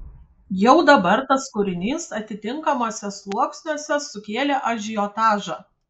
jau dabar tas kūrinys atitinkamuose sluoksniuose sukėlė ažiotažą